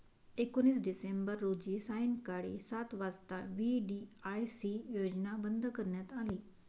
एकोणीस डिसेंबर रोजी सायंकाळी सात वाजता व्ही.डी.आय.सी योजना बंद करण्यात आली